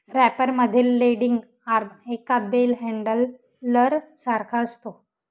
wrapper मध्ये landing arm एका bell handler सारखा असतो